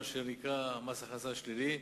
מה שנקרא מס הכנסה שלילי,